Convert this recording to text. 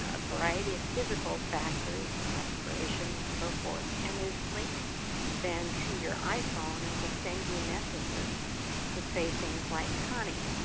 a variety of physical factors, and respiration and so forth, and is linked then to your iphone and will send you messages that say things like, connie,